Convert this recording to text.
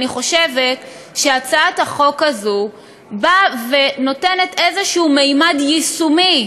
אני חושבת שהצעת החוק הזו באה ונותנת איזה ממד יישומי,